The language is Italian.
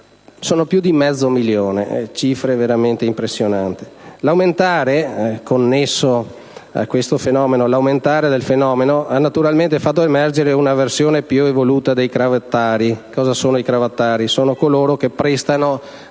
sono più di mezzo milione, una cifra veramente impressionante. L'aumentare del fenomeno ha naturalmente fatto emergere una versione più evoluta dei cravattari, cioè coloro che prestano